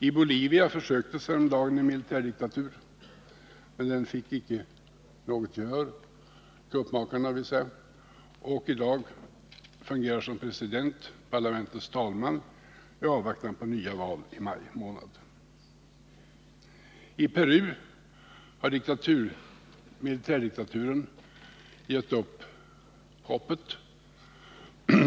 I Bolivia försökte man häromdagen införa militärdiktatur, men kuppmakarna fick icke något gehör. I dag fungerar som president parlamentets talman i avvaktan på nya val i maj 109 månad. I Peru har militärdiktaturen gett upp hoppet.